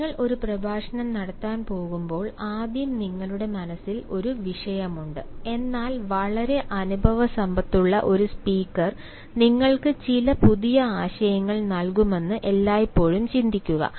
നിങ്ങൾ ഒരു പ്രഭാഷണം നടത്താൻ പോകുമ്പോൾ ആദ്യം നിങ്ങളുടെ മനസ്സിൽ ഒരു വിഷയമുണ്ട് എന്നാൽ വളരെ അനുഭവ സമ്പത്തുള്ള ഒരു സ്പീക്കർ നിങ്ങൾക്ക് ചില പുതിയ ആശയങ്ങൾ നൽകുമെന്ന് എല്ലായ്പ്പോഴും ചിന്തിക്കുക